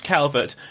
Calvert